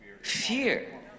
fear